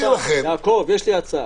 יעקב, יש לי הצעה.